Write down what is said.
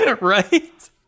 Right